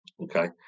Okay